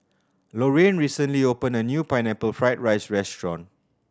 Lorrayne recently opened a new Pineapple Fried rice restaurant